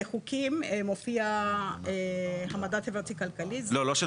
בחוקים מופיע המדד חברתי כלכלי --- לא,